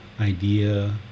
idea